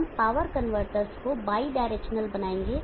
हम power converters को bidirectional बनाएंगे